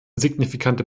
signifikante